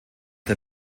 der